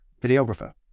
videographer